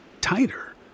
tighter